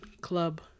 club